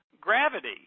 gravity